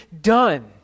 done